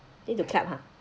need to clap ha